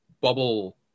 bubble